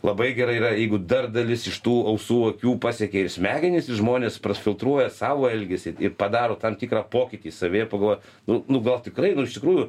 labai gerai yra jeigu dar dalis iš tų ausų akių pasiekia ir smegenis ir žmonės prafiltruoja savo elgesį ir padaro tam tikrą pokytį savyje pagalvoja nu nu gal tikrai nu iš tikrųjų